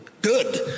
Good